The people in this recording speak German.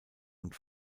und